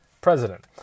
president